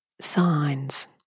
signs